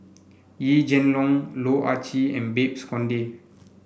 Yee Jenn Long Loh Ah Chee and Babes Conde